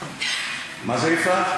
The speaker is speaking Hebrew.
מה זה, יפעת?